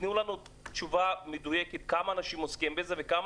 תנו לנו תשובה מדויקת כמה אנשים עוסקים בזה וכמה